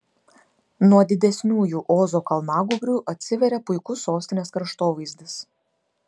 nuo didesniųjų ozo kalnagūbrių atsiveria puikus sostinės kraštovaizdis